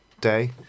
day